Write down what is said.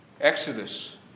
Exodus